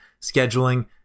scheduling